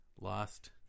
Lost